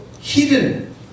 hidden